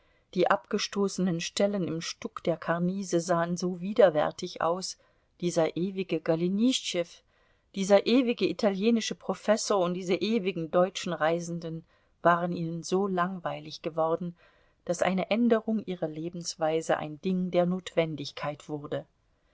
die abgestoßenen stellen im stuck der karniese sahen so widerwärtig aus dieser ewige golenischtschew dieser ewige italienische professor und diese ewigen deutschen reisenden waren ihnen so langweilig geworden daß eine änderung ihrer lebensweise ein ding der notwendigkeit wurde